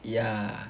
yeah